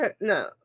No